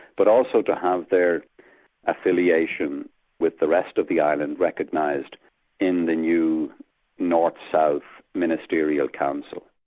but also to have their affiliation with the rest of the island recognised in the new north-south ministerial council.